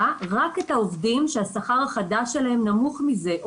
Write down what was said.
רק את העובדים שהשכר החדש שלהם נמוך מזה,